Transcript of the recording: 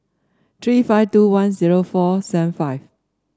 three five two one zero four seven five